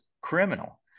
criminal